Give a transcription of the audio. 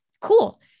Cool